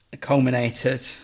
culminated